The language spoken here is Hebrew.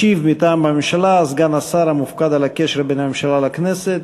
ישיב מטעם הממשלה סגן השר המופקד על הקשר בין הממשלה לכנסת,